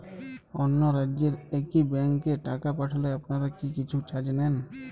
অন্য রাজ্যের একি ব্যাংক এ টাকা পাঠালে আপনারা কী কিছু চার্জ নেন?